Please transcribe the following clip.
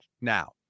now